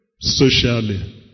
socially